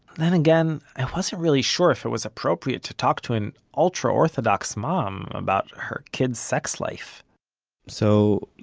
then again, i wasn't really sure if it was appropriate to talk to an ultra-orthodox mom, about her kids' sex life so,